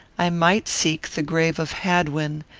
i might seek the grave of hadwin,